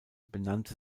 benannte